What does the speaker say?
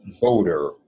voter